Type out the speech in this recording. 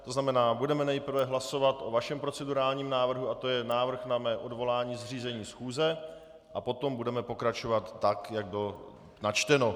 To znamená, budeme nejprve hlasovat o vašem procedurálním návrhu a to je návrh na mé odvolání z řízení schůze, a potom budeme pokračovat tak, jak bylo načteno.